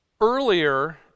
Earlier